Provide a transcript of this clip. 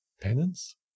Penance